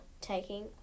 taking